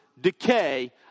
decay